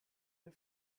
der